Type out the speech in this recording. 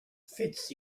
fits